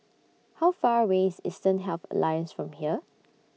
How Far away IS Eastern Health Alliance from here